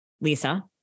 Lisa